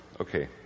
Okay